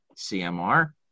CMR